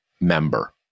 member